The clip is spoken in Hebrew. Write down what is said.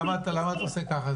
למה אתה עושה ככה?